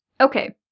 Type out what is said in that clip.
Okay